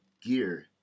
gear